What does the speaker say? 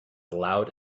loud